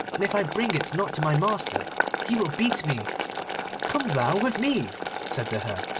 and if i bring it not to my master he will beat me come thou with me said the hare,